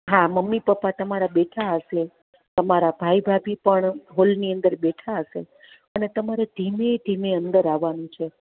હા mummy papa તમારા બેઠાં હશે તમારા ભાઈ ભાભી પણ હોલની અંદર બેઠાં હશે અને તમારે ધીમે ધીમે અંદર આવવાનું છે